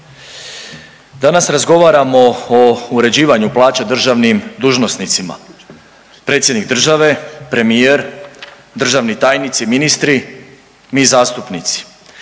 Danas razgovaramo o uređivanju plaća državnim dužnosnicima, predsjednik države, premijer, državni tajnici, ministri, mi zastupnici.